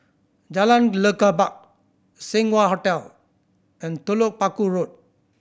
Jalan Lekub Seng Wah Hotel and Telok Paku Road